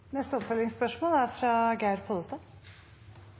oppfølgingsspørsmål – først Geir Pollestad.